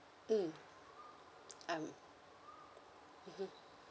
mm I'm mmhmm